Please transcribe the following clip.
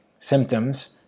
Symptoms